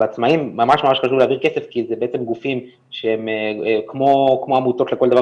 בעצמאים ממש חשוב להעביר כסף כי אלה גופים שהם כמו עמותות לכל דבר